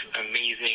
amazing